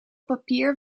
papier